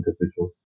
individuals